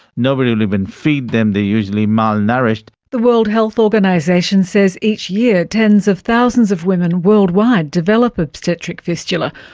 nobody will even feed them, they are usually malnourished. the world health organisation says each year tens of thousands of women worldwide develop obstetric fistula,